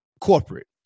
corporate